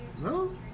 No